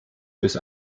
bis